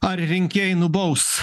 ar rinkėjai nubaus